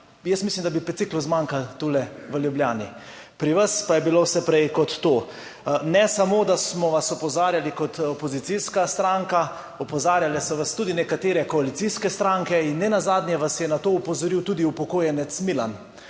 Jaz mislim, da bi biciklov zmanjkalo tule v Ljubljani. Pri vas pa je bilo vse prej kot to. Ne samo, da smo vas opozarjali kot opozicijska stranka, opozarjale so vas tudi nekatere koalicijske stranke in nenazadnje vas je na to opozoril tudi upokojenec Milan.